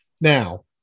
Now